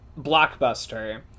blockbuster